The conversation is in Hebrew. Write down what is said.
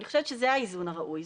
אני חושבת שזה האיזון הראוי.